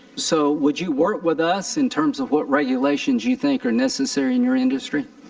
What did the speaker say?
so would you work with us in terms of what regulations you think are necessary in your industry?